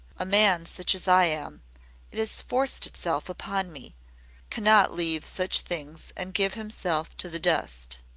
a man such as i am it has forced itself upon me cannot leave such things and give himself to the dust.